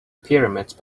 pyramids